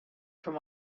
from